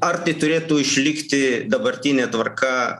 ar tai turėtų išlikti dabartinė tvarka